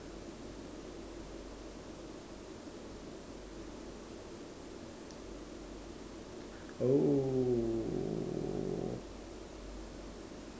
oh